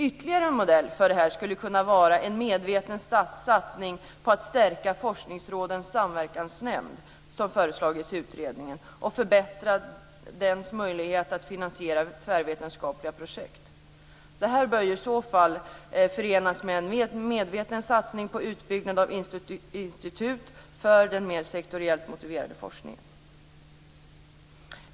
Ytterligare en modell för detta skulle kunna vara en medveten satsning på att stärka forskningsrådens samverkansnämnd, som föreslagits i utredningen, och förbättra dess möjligheter att finansiera tvärvetenskapliga projekt. Detta bör i så fall förenas med en medveten satsning på utbyggnad av institut för den mer sektoriellt motiverade forskningen.